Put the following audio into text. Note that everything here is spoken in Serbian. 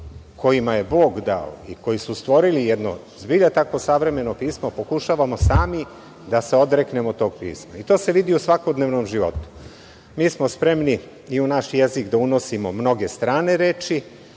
kojima je Bog dao i koji smo stvorili jedno takvo savremeno pismo, pokušavamo sami da se odreknemo tog pisma, i to se vidi u svakodnevnom životu. Mi smo spremni u naš jezik da unosimo mnoge strane reči,